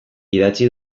idatzi